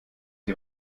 sie